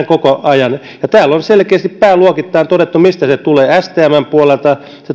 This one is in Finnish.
koko tänä aikana ja täällä on selkeästi pääluokittain todettu mistä se tulee nämä leikkaukset tulevat stmn puolelta